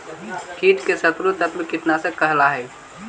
कीट के शत्रु तत्व कीटनाशक कहला हई